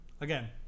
Again